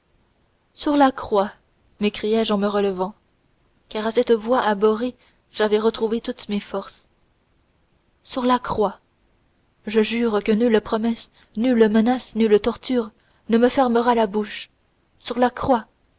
sur la croix m'écriai-je en me relevant car à cette voix abhorrée j'avais retrouvé toutes mes forces sur la croix je jure que nulle promesse nulle menace nulle torture ne me fermera la bouche sur la croix